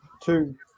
two